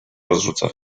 rozrzuca